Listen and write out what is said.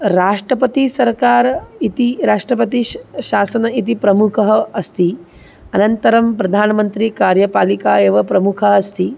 राष्ट्रपतिसर्वकारः इति राष्ट्रपतिः श शासनम् इति प्रमुखः अस्ति अनन्तरं प्रधानमन्त्रीकार्यपालिका एव प्रमुखा अस्ति